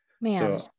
Man